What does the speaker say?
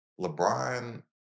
LeBron